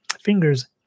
fingers